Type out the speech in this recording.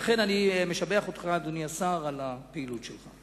לכן אני משבח אותך, אדוני השר, על הפעילות שלך.